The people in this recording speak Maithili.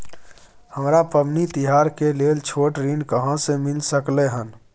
हमरा पबनी तिहार के लेल छोट ऋण कहाँ से मिल सकलय हन?